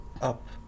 up